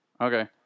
Okay